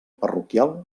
parroquial